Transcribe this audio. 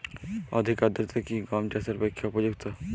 অধিক আর্দ্রতা কি গম চাষের পক্ষে উপযুক্ত?